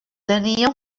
tenia